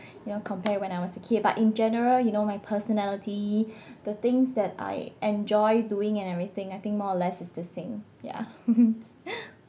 you know compare when I was a kid but in general you know my personality the things that I enjoy doing and everything I think more or less it's the same ya